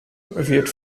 wird